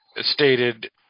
stated